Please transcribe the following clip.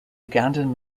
ugandan